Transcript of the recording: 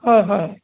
হয় হয়